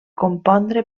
compondre